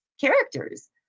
characters